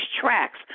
tracks